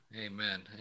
Amen